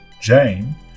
jane